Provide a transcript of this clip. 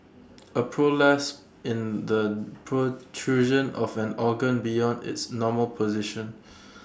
A prolapse in the protrusion of an organ beyond its normal position